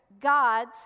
God's